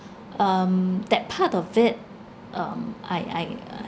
um that part of it um I I